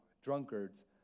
drunkards